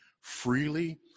freely